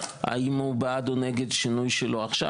האם הוא בעד או נגד שינוי שלו עכשיו,